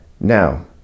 Now